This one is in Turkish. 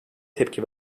tepki